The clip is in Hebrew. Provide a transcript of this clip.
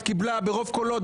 קיבלה ברוב קולות,